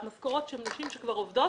המשכורות של נשים שכבר עובדות,